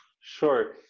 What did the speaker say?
Sure